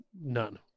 none